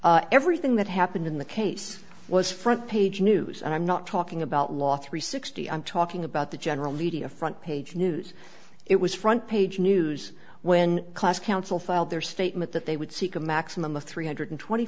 actions everything that happened in the case was front page news and i'm not talking about law three sixty i'm talking about the general media front page news it was front page news when class counsel filed their statement that they would seek a maximum of three hundred twenty